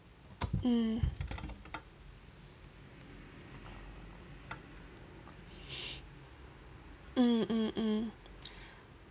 mm mm mm mm